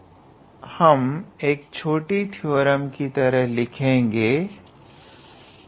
हम इसे एक छोटी थ्योरम की तरह लिखेगे हैं